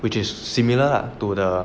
which is similar lah to the